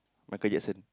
Michael-Jackson